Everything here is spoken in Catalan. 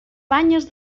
banyes